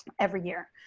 every year,